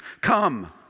come